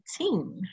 18